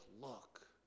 look